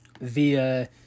via